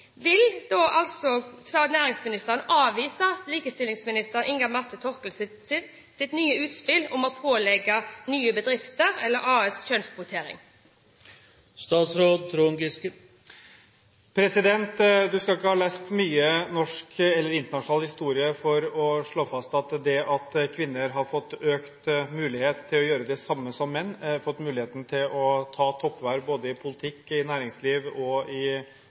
Vil næringsministeren avvise likestillingsminister Inga Marte Thorkildsens nye utspill om å pålegge nye bedrifter eller AS-er kjønnskvotering? En skal ikke ha lest mye norsk eller internasjonal historie for å kunne slå fast at det at kvinner har fått økt mulighet til å gjøre det samme som menn, fått mulighet til å ta toppverv både i politikk, i næringsliv og i